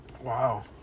Wow